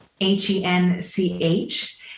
H-E-N-C-H